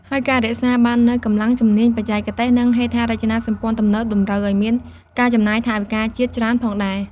ហើយការរក្សាបាននូវកម្លាំងជំនាញបច្ចេកវិទ្យា និងហេដ្ឋារចនាសម្ព័ន្ធទំនើប តម្រូវឱ្យមាន ការចំណាយថវិកាជាតិច្រើនផងដែរ។